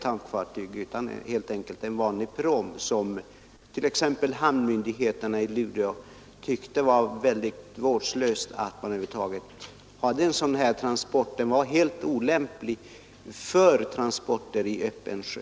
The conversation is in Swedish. Hamnmyndigheterna i Luleå tyckte t.ex. att det var väldigt vårdslöst att man över huvud taget använde den för en sådan här transport — den var helt olämplig för transporter i öppen sjö.